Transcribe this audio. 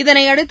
இதனையடுத்து